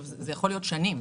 זה יכול להיות שנים.